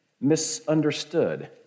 misunderstood